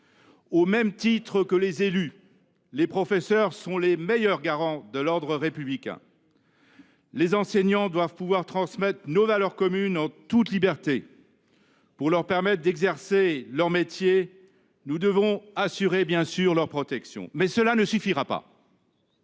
Au même titre que les élus, les professeurs sont les meilleurs garants de l’ordre républicain. Les enseignants doivent pouvoir transmettre nos valeurs communes en toute liberté. Pour leur permettre d’exercer leur métier, nous devons bien sûr assurer leur protection, mais cela ne suffira pas.